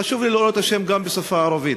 חשוב לי לראות את השם גם בשפה הערבית.